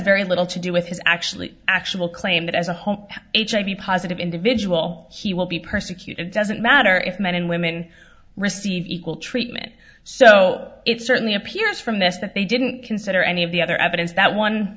very little to do with his actually actual claim that as a home hiv positive individual he will be persecuted doesn't matter if men and women receive equal treatment so it certainly appears from this that they didn't consider any of the other evidence that one